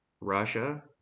Russia